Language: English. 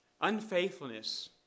Unfaithfulness